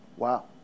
Wow